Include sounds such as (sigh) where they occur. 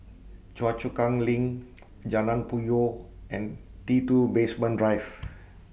Choa Chu Kang LINK (noise) Jalan Puyoh and T two Basement Drive